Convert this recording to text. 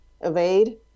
evade